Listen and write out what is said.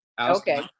Okay